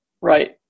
right